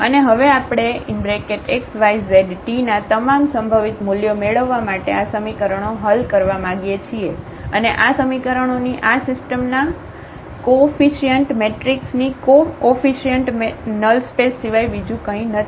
અને હવે આપણે xyzt ના તમામ સંભવિત મૂલ્યો મેળવવા માટે આ સમીકરણો હલ કરવા માગીએ છીએ અને આ સમીકરણોની આ સિસ્ટમના કોઓફીશીઅ્નટ મેટ્રિક્સની કોઓફીશીઅ્નટ મેટ્રિક્સની નલ સ્પેસ સિવાય બીજું કંઈ નથી